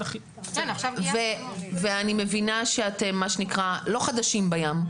ואני מבינה שאתם, מה שנקרא, לא חדשים בים.